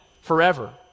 forever